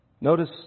Notice